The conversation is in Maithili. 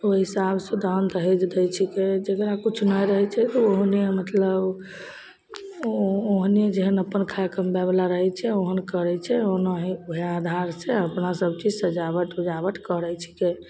ओहि हिसाबसे दानदहेज दै छिकै जकरा किछु नहि रहै छै तऽ ओहने मतलब हम ओहने जेहन अपन खाइ कमबैवला रहै छै ओहन करै छै ओनाहि ओहे आधारसे अपना सबचीज सजावट उजावट करै छिकै